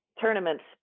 tournaments